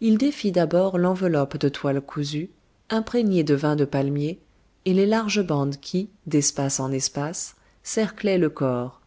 il défit d'abord l'enveloppe de toile cousue imprégnée de vin de palmier et les larges bandes qui d'espace en espace cerclaient le corps